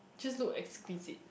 just look exquisite